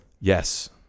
Yes